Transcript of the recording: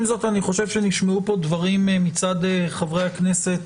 עם זאת, אני חושב שנשמעו פה דברים מצד חברי הכנסת